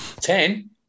Ten